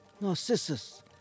Narcissus